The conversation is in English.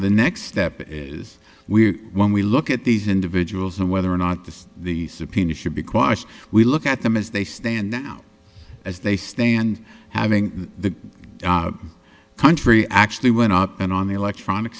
the next step is we when we look at these individuals and whether or not this the subpoena should be quashed we look at them as they stand now as they stand having the country actually went up and on the electronic